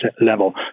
level